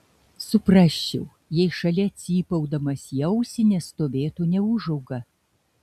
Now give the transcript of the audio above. suprasčiau jei šalia cypaudamas į ausį nestovėtų neūžauga